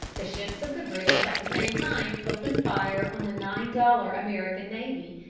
the ships of the british at the same time opened fire on the nine-dollar american navy,